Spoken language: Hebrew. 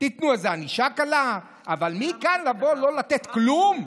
תנו איזו ענישה קלה, אבל מכאן לבוא ולא לתת כלום?